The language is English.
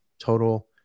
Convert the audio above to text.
Total